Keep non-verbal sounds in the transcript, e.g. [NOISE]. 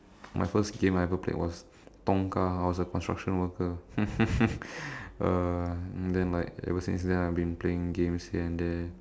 my first game I ever played was Tonga I was a construction worker [LAUGHS] uh and then like ever since then I have been playing games here and there